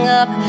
up